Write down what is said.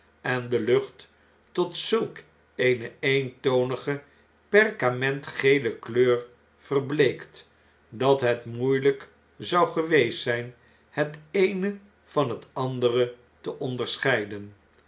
en de lucht tot zulk eene eentonige perkamentgele kleur verbleekt dat het moeieluk zou geweest zijn het eene van het andere te onderscheiden